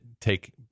take